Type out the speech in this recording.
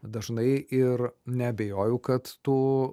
dažnai ir neabejoju kad tu